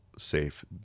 safe